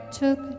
took